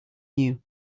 new